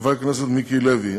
חבר הכנסת מיקי לוי,